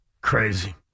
Crazy